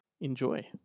Enjoy